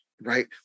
right